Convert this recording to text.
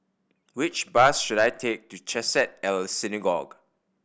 which bus should I take to Chesed El Synagogue